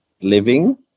living